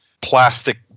plastic